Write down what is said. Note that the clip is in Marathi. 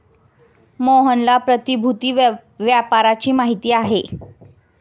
मोहनला प्रतिभूति व्यापाराची माहिती आहे